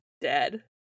Dead